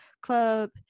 club